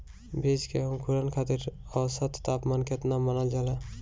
बीज के अंकुरण खातिर औसत तापमान केतना मानल जाला?